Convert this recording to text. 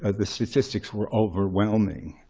ah the statistics were overwhelming.